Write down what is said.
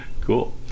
Cool